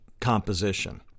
composition